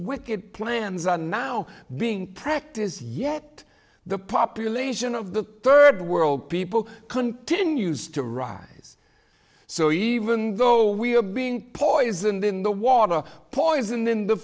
wicked plans are now being practiced yet the population of the third world people continues to rise so even though we are being poisoned in the water poison in the